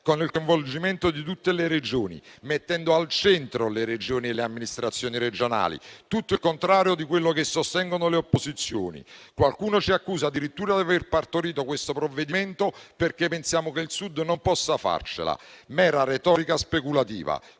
Grazie a tutti